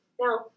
Now